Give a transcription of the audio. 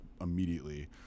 immediately